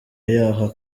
yaho